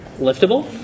Liftable